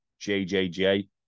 JJJ